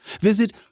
visit